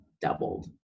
doubled